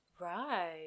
Right